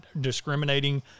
discriminating